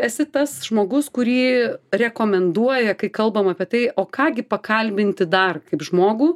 esi tas žmogus kurį rekomenduoja kai kalbam apie tai o ką gi pakalbinti dar kaip žmogų